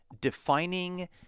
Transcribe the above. Defining